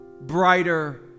brighter